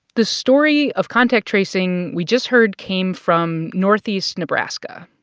the story of contact tracing we just heard came from northeast nebraska.